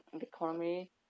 economy